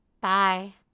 Bye